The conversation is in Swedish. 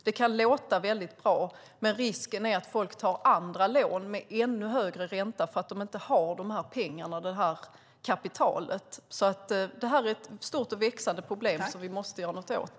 Det kan låta bra, men risken är att folk tar andra lån med ännu högre ränta därför att de inte har kapitalet. Det är ett stort och växande problem som vi måste göra något åt.